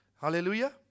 Hallelujah